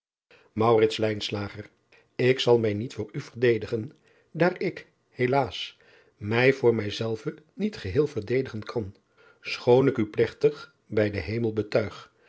k zal mij niet voor u verdedigen daar ik helaas mij voor mij zelven niet geheel verdedigen kan schoon ik u plegtig bij den emel betuig